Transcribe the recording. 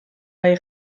bai